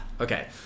Okay